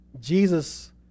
Jesus